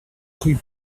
rue